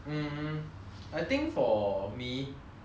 during this period uh what did I learn